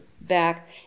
back